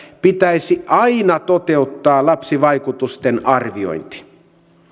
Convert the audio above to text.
pitäisi aina toteuttaa lapsivaikutusten arviointi